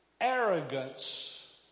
Arrogance